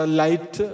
light